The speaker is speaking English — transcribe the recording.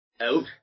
out